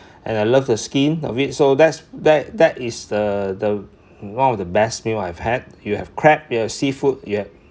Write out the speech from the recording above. and I love the skin of it so that's that that is the the one of the best meal I've had you have crap you have seafood you have